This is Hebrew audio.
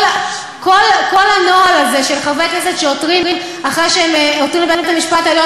כל הנוהל הזה של חברי כנסת שעותרים לבית-המשפט העליון